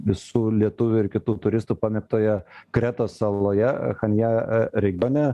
visų lietuvių ir kitų turistų pamėgtoje kretos saloje chanje regione